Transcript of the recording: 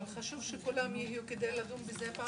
אבל חשוב שכולם יהיו כדי לדון בזה.